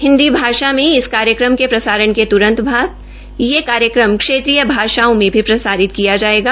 हिन्दी भाषा में इस कार्यक्रम के प्रसारण के तुरंत बाद यह कार्यक्रम क्षेत्रीय भाषाओं में प्रसारित किया जायेगा